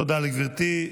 תודה לגברתי.